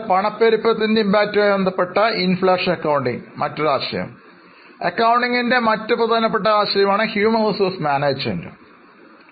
പണപ്പെരുപ്പത്തിന്റെ ആഘാതം അളക്കാൻ ശ്രമിക്കുന്ന പണപ്പെരുപ്പ അക്കൌണ്ടിംഗ് എന്ന മറ്റൊരു ആശയം ഉണ്ട് അക്കൌണ്ടിംഗ്ൻറെ മറ്റൊരു പ്രധാന ആകർഷണം മാനവവിഭവശേഷി അക്കൌണ്ടിംഗ് ആണ്